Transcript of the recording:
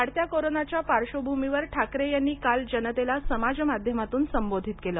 वाढत्या कोरोनाच्या पार्श्वभूमीवर ठाकरे यांनी काल जनतेला समाजमाध्यमांतून संबोधित केलं